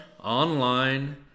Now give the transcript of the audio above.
Online